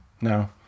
no